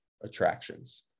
attractions